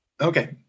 Okay